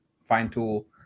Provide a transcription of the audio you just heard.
fine-tool